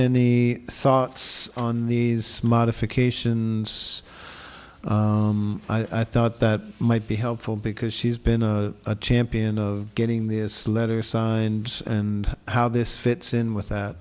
any thoughts on these modifications i thought that might be helpful because she's been a champion of getting this letter signed and how this fits in with that